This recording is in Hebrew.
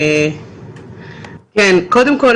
קודם כול,